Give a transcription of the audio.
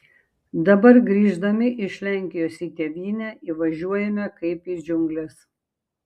dabar grįždami iš lenkijos į tėvynę įvažiuojame kaip į džiungles